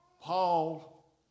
Paul